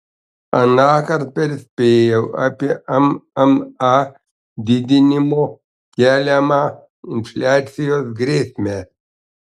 anąkart perspėjau apie mma didinimo keliamą infliacijos grėsmę